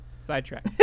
sidetrack